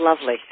lovely